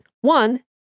One